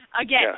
Again